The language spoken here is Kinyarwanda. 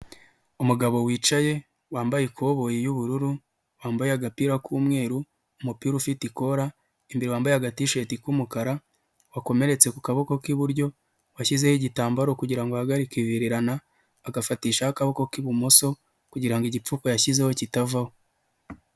umugabo wicaye wambaye ikoboyi y'ubururu, wambaye agapira k'umweru, umupira ufite ikora, imbere wambaye agatisheti k'umukara, wakomeretse ku kaboko k'iburyo, washyizeho igitambaro kugira ngo ahahagarike ivirirana, agafatishaho akaboko k'ibumoso kugira ngo igipfuko yashyizeho kitavaho.